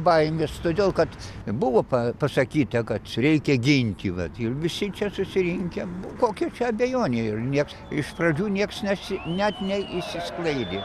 baimės todėl kad buvo pasakyta kad reikia ginti vat ir visi čia susirinkę kokia čia abejonė ir nieks iš pradžių nieks nesi net neišsisklaidė